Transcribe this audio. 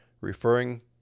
referring